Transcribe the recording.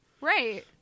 right